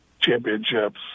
championships